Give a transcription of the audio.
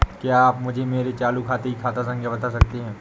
क्या आप मुझे मेरे चालू खाते की खाता संख्या बता सकते हैं?